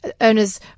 owner's